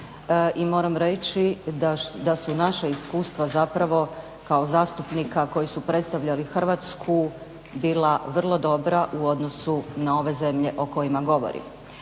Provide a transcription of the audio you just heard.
moram reći da su naša iskustva kao zastupnika koji su predstavljali Hrvatsku bila vrlo dobra u odnosu na ove zemlje o kojima govorim.